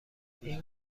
این